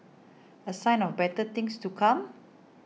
a sign of better things to come